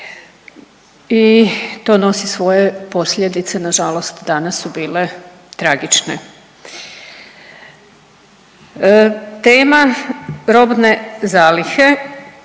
i to nosi svoje posljedice, nažalost danas su bile tragične. Tema robne zalihe,